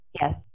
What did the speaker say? Yes